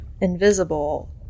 invisible